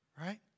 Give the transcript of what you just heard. right